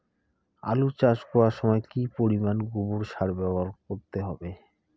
আলু চাষ করার সময় কি পরিমাণ গোবর সার ব্যবহার করতে হবে?